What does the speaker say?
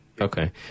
Okay